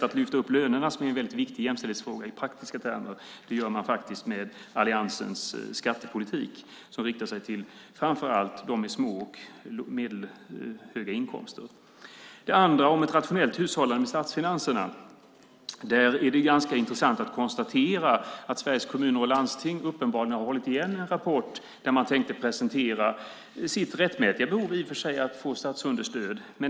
Att lyfta upp lönerna är en väldigt viktig jämställdhetsfråga i praktiska termer, och det gör man faktiskt med alliansens skattepolitik som riktar sig till framför allt de med små och medelhöga inkomster. När det gäller det andra, ett rationellt hushållande av statsfinanserna, är det ganska intressant att konstatera att Sveriges Kommuner och Landsting uppenbarligen har hållit igen en rapport där man tänkte presentera sitt i och för sig rättmätiga behov att få statsunderstöd.